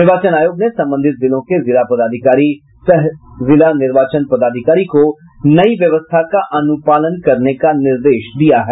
निर्वाचन आयोग ने संबंधित जिलों के जिलापदाधिकारी सह जिलानिर्वाचन पदाधिकारी को नई व्यवस्था का अनुपालन करने का निर्देश दिया है